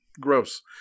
gross